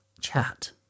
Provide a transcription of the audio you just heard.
chat